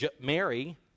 Mary